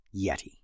yeti